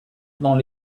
dans